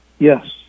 Yes